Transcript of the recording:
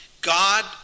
God